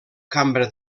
cambra